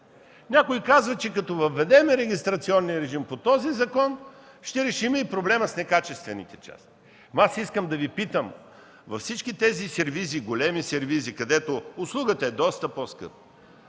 Някой каза, че като въведем регистрационния режим по този закон, ще решим и проблема с некачествените части. Но аз искам да Ви питам: във всички тези големи сервизи, където условията са доста по-скъпи,